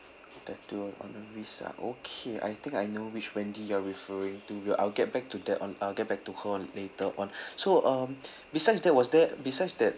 tattoo on her wrist ah okay I think I know which wendy you're referring to I'll get back to that on uh get back to her later on so um besides that was there besides that